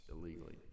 illegally